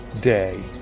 day